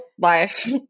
life